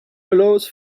allows